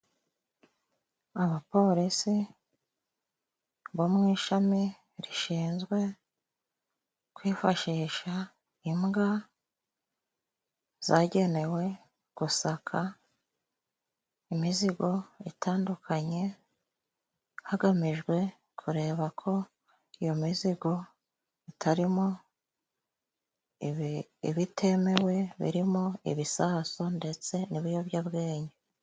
Abapolisi bo mu ishami rishinzwe kwifashisha imbwa zagenewe gusaka imizigo itandukanye, hagamijwe kureba ko iyo mizigo itarimo ibitemewe, birimo ibisasu ndetse n'ibiyobyabwenge.